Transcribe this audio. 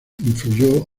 influyó